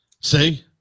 See